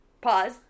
pause